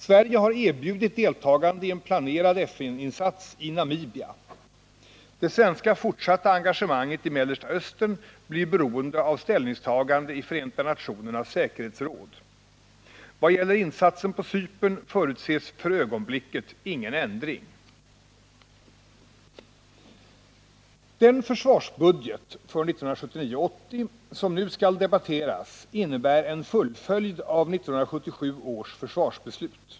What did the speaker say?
Sverige har erbjudit deltagande i en planerad FN-insats i Namibia. Det fortsatta svenska engagemanget i Mellersta Östern blir beroende av ställningstagandet i Förenta nationernas säkerhetsråd. Vad gäller insatsen på Cypern förutses för ögonblicket ingen ändring. Den försvarsbudget för 1979/80 som nu skall debatteras innebär en fullföljd av 1977 års försvarsbeslut.